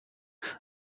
are